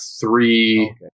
three